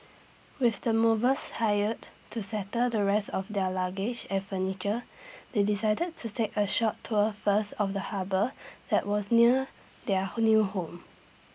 with the movers hired to settle the rest of their luggage and furniture they decided to take A short tour first of the harbour that was near their new home